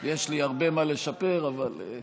יש לי הרבה מה לשפר, אבל,